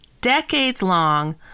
decades-long